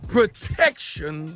Protection